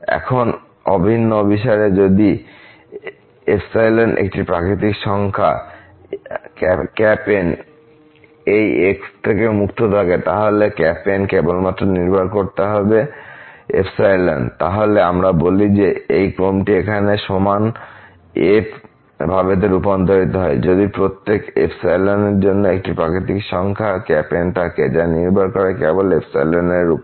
এখন অভিন্ন অভিসারে যদি একটি প্রাকৃতিক সংখ্যা N এই x থেকে মুক্ত থাকে তাহলে N কেবলমাত্র নির্ভর করতে হবে তাহলে আমরা বলি যে এই ক্রমটি এখানে সমান f ভাবেতে রূপান্তরিত হয় যদি প্রত্যেকের জন্য একটি প্রাকৃতিক সংখ্যা N থাকে যা নির্ভর করে কেবল এর উপর